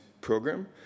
program